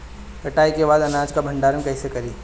कटाई के बाद अनाज का भंडारण कईसे करीं?